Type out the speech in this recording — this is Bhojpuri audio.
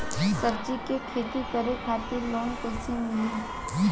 सब्जी के खेती करे खातिर लोन कइसे मिली?